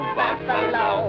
buffalo